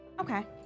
Okay